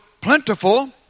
plentiful